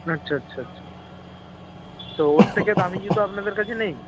আচ্ছা আচ্ছা আচ্ছা তো ওর থেকে দামি জুতো আপনাদের কাছে নেই